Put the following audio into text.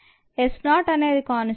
S0 అనేది constant